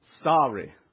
Sorry